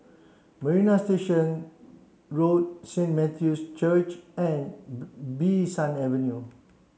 Marina Station Road Saint Matthew's Church and Bee San Avenue